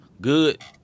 Good